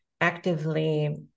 actively